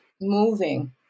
moving